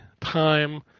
Time